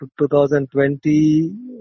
2020